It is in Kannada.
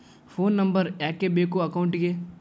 ಫೋನ್ ನಂಬರ್ ಯಾಕೆ ಬೇಕು ಅಕೌಂಟಿಗೆ?